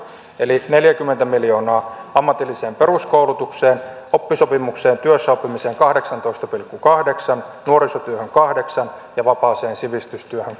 eli neljäkymmentä miljoonaa ammatilliseen peruskoulutukseen oppisopimukseen työssäoppimiseen kahdeksantoista pilkku kahdeksan nuorisotyöhön kahdeksan ja vapaaseen sivistystyöhön